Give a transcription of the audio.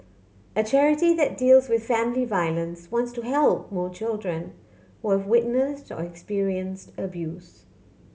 a charity that deals with family violence wants to help more children who have witnessed or experienced abuse